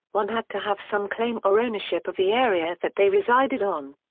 one had to have some claim or ownership of the area that they resided on.